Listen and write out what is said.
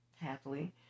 happily